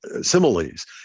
similes